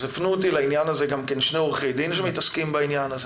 הפנו אותי לעניין הזה גם שני עורכי דין שמתעסקים בעניין הזה.